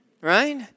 right